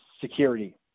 security